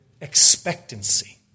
expectancy